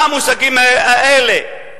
מה המושגים האלה,